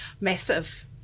Massive